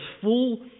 full